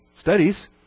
studies